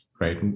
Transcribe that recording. right